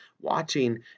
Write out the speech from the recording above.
watching